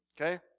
okay